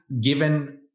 given